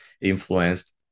influenced